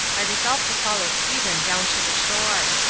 i resolved to follow stephen down to the shore.